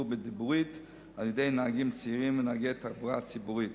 בדיבורית על-ידי נהגים צעירים ונהגי התחבורה הציבורית.